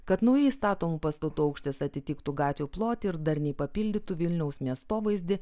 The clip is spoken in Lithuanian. kad naujai statomų pastatų aukštis atitiktų gatvių plotį ir darniai papildytų vilniaus miestovaizdį